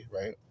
right